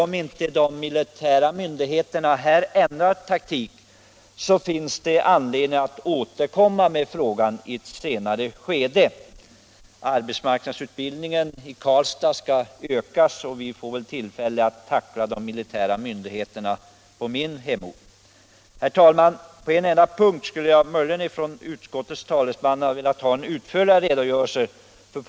Om inte de militära myndigheterna ändrar taktik, finns det anledning att återkomma. Arbetsmarknadsutbildningen i Karlstad skall öka, och vi får väl tillfälle att tackla de militära myndigheterna i min hemort. Herr talman! På en punkt skulle jag möjligen vilja ha en utförligare redogörelse från utskottets talesman.